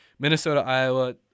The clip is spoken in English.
Minnesota-Iowa